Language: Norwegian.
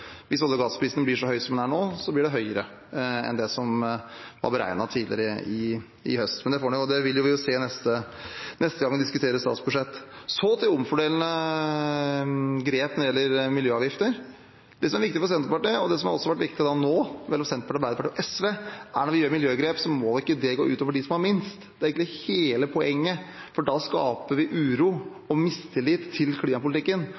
Hvis olje- og gassprisen blir så høy som den er nå, blir det høyere enn det som var beregnet tidligere i høst. Det vil vi jo se neste gang vi diskuterer statsbudsjettet. Så til omfordelende grep når det gjelder miljøavgifter: Det som er viktig for Senterpartiet, og det som har vært viktig nå mellom Senterpartiet, Arbeiderpartiet og SV, er at når vi gjør miljøgrep, må det ikke gå ut over dem som har minst. Det er egentlig hele poenget, for ellers skaper vi uro og mistillit til klimapolitikken.